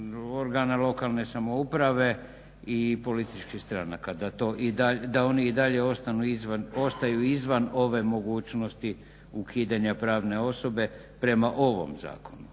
organa lokalne samouprave i političkih stranaka, da oni i dalje ostaju izvan ove mogućnosti ukidanja pravne osobe prema ovom zakonu.